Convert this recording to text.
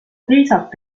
teisalt